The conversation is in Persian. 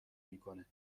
میکنه